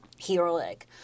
Heroic